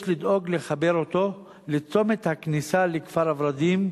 יש לדאוג לחבר אותו לצומת הכניסה לכפר-ורדים,